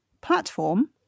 platform